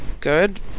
good